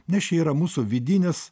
nes čia yra mūsų vidinės